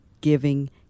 giving